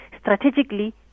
strategically